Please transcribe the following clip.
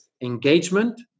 engagement